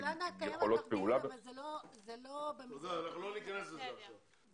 לא ניכנס לזה עכשיו.